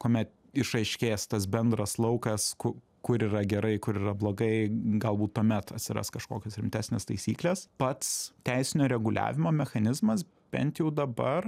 kuomet išaiškės tas bendras laukas ku kur yra gerai kur yra blogai galbūt tuomet atsiras kažkokios rimtesnės taisyklės pats teisinio reguliavimo mechanizmas bent jau dabar